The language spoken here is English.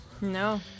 No